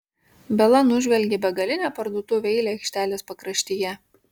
bela nužvelgė begalinę parduotuvių eilę aikštelės pakraštyje